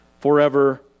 forever